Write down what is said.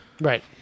Right